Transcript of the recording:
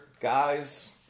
guys